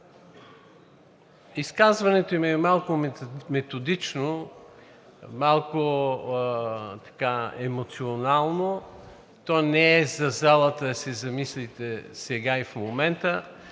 изказването ми е малко методично, малко емоционално, то не е за залата – да се замислите сега и в момента,